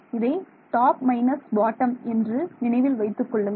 இதை top minus bottom என்று நினைவில் வைத்துக் கொள்ளுங்கள்